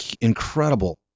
incredible